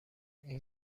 این